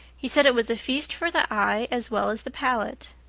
he said it was a feast for the eye as well as the palate.